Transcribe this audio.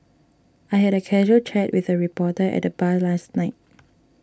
I had a casual chat with a reporter at the bar last night